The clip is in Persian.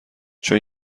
چون